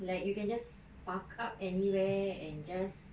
like you can just parked up anywhere and just